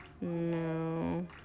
No